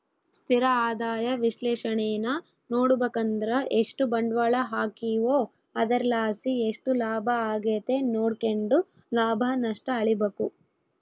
ಸ್ಥಿರ ಆದಾಯ ವಿಶ್ಲೇಷಣೇನಾ ನೋಡುಬಕಂದ್ರ ಎಷ್ಟು ಬಂಡ್ವಾಳ ಹಾಕೀವೋ ಅದರ್ಲಾಸಿ ಎಷ್ಟು ಲಾಭ ಆಗೆತೆ ನೋಡ್ಕೆಂಡು ಲಾಭ ನಷ್ಟ ಅಳಿಬಕು